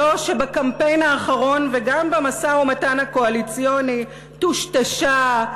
זו שבקמפיין האחרון וגם במשא-ומתן הקואליציוני טושטשה,